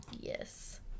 Yes